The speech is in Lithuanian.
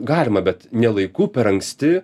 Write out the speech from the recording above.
galima bet ne laiku per anksti